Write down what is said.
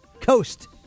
Coast